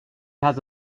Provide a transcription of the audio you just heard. has